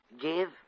Give